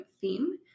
theme